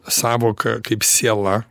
sąvoka kaip siela